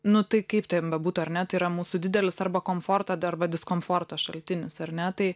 nu tai kaip ten bebūtų ar ne tai yra mūsų didelis arba komforta arba diskomforto šaltinis ar ne tai